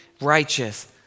righteous